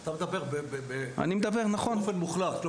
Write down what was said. אתה מדבר על באופן מוחלט.